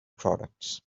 products